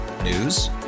News